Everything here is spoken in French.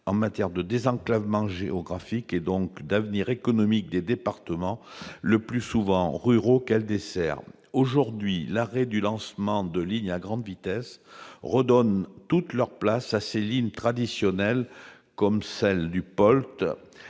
en matière de désenclavement géographique et donc d'avenir économique des départements, le plus souvent ruraux, qu'elle dessert. Aujourd'hui, l'arrêt du lancement de lignes à grande vitesse redonne toute leur place à ces lignes traditionnelles, comme celle du POLT,